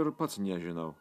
ir pats nežinau